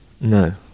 No